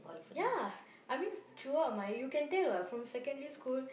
ya I mean throughout my you can tell what from secondary school